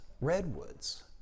redwoods